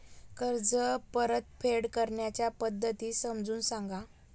कर्ज परतफेड करण्याच्या पद्धती समजून सांगा